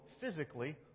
physically